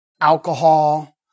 alcohol